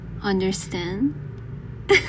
Understand